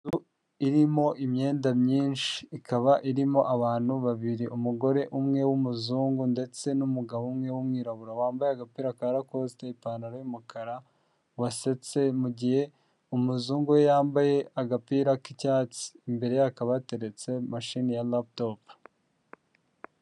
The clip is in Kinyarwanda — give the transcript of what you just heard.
Inzu irimo imyenda myinshi ikaba irimo abantu babiri umugore umwe w'umuzungu ndetse n'umugabo umwe w'umwirabura wambaye agapira ka lakosite ipantaro y'umukara wasetse mugihe umuzungu we yambaye agapira k'icyatsi imbere hakaba hateretse mashini ya laputopu.